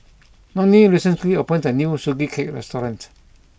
Nonie recently opened a new Sugee Cake restaurant